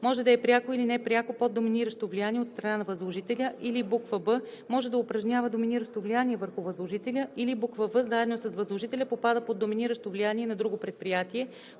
може да е пряко или непряко под доминиращото влияние от страна на възложителя, или б) може да упражнява доминиращо влияние върху възложителя, или в) заедно с възложителя попада под доминиращото влияние на друго предприятие